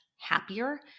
happier